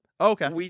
Okay